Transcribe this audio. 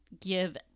give